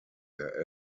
der